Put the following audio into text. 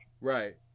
Right